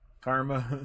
Karma